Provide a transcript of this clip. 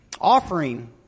offering